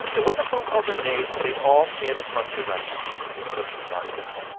and when the phone calls are made, they all stand in front of the restaurant in the approaching darkness.